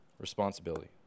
responsibility